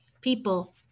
people